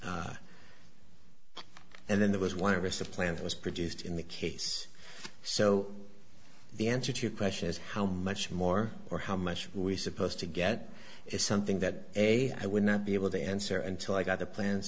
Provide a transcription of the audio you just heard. that and then there was one of us the plant was produced in the case so the answer to your question is how much more or how much are we supposed to get is something that a i would not be able to answer until i got the plans